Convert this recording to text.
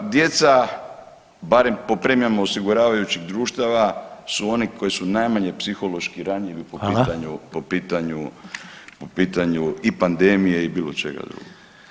Djeca barem po premijama osiguravajućih društava su oni koji su najmanje psihološki ranjivi po pitanju, po pitanju, po pitanju i pandemije i bilo čega drugog.